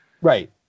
Right